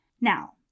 Now